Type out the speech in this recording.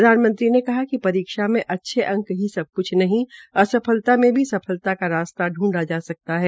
प्रधानमंत्री ने कहा कि परीक्षा में अच्छे अंक ही सब क्छ नहीं असफलता में भी सफलता का रासता पूंश जा सकता है